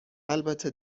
البته